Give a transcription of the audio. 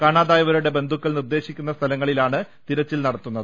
കാണാതായവരുടെ ബന്ധുക്കൾ നിർദ്ദേശിക്കുന്ന സ്ഥലങ്ങളിലാണ് തിരച്ചിൽ നടത്തുന്നത്